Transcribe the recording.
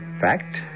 Fact